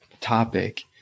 topic